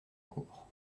cour